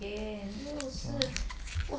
ya